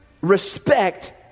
respect